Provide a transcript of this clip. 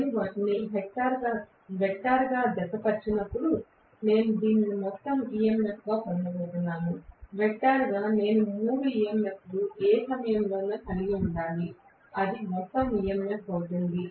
నేను వాటిని వెక్టార్గా జతపరచినప్పుడు నేను దీన్ని మొత్తం EMF గా పొందబోతున్నాను వెక్టార్గా నేను మూడు EMF లను ఏ సమయంలోనైనా కలిగి ఉండాలి అది మొత్తం EMF అవుతుంది